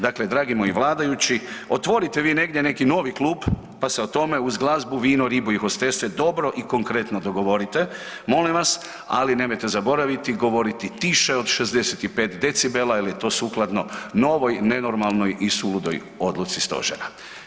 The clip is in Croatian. Dakle, dragi moji vladajući otvorite vi negdje neki novi klub pa se o tome uz glazbu, vino, ribu i hostese dobro i konkretno dogovorite molim vas, ali nemojte zaboraviti govoriti tiše od 65 decibela jel je to sukladno novoj nenormalnoj i suludoj odluci stožera.